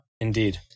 indeed